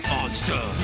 Monster